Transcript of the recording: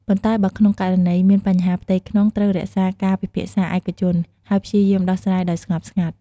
ប៉ុន្តែបើក្នុងករណីមានបញ្ហាផ្ទៃក្នុង ត្រូវរក្សាការពិភាក្សាឯកជន ហើយព្យាយាមដោះស្រាយដោយស្ងប់ស្ងាត់។